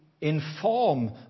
inform